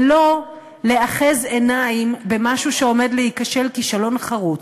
ולא לאחז עיניים במשהו שעומד להיכשל כישלון חרוץ.